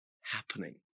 happening